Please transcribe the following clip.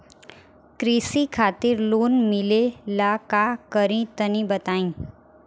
कृषि खातिर लोन मिले ला का करि तनि बताई?